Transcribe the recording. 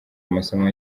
amasomo